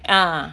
ah